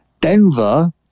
Denver